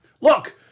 Look